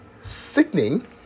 sickening